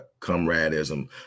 comradism